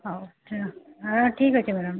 ହଉ ହଁ ଠିକ୍ ଅଛି ମ୍ୟାଡମ୍